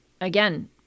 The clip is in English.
again